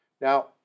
Now